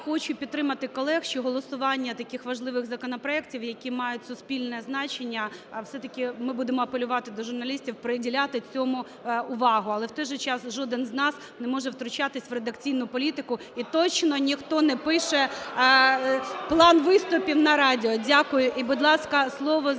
Я хочу підтримати колег, що голосування таких важливих законопроектів, які мають суспільне значення… Все-таки ми будемо апелювати до журналістів приділяти цьому увагу. Але в той же час жоден з нас не може втручатись в редакційну політику. І точно ніхто не пише план виступів на радіо. Дякую. І будь ласка, слово зараз